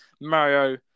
Mario